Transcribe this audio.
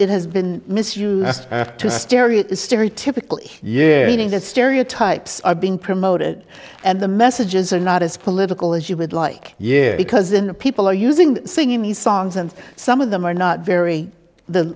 it has been misused to stere stereotypical yearning that stereotypes are being promoted and the messages are not as political as you would like yeah because in the people are using singing these songs and some of them are not very the